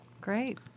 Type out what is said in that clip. Great